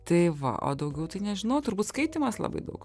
tai va o daugiau tai nežinau turbūt skaitymas labai daug